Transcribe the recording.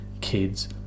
kids